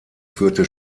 führte